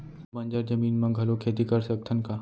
का बंजर जमीन म घलो खेती कर सकथन का?